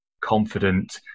confident